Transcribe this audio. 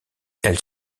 elle